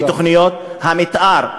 ותוכניות המתאר.